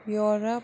Europe